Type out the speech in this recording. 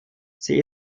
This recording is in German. sie